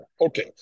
okay